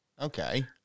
Okay